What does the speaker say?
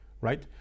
right